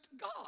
God